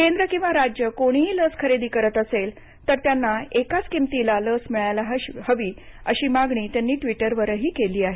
केंद्र किंवा राज्य कोणीही लस खरेदी करत असेल तरी त्यांना एकाच किंमतीला लस मिळायला हवी अशी मागणी त्यांनी ट्विटरवरही केली आहे